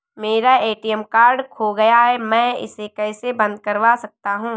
मेरा ATM card खो गया है मैं इसे कैसे बंद करवा सकता हूँ?